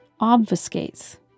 obfuscates